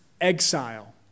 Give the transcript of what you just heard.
exile